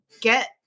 get